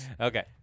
Okay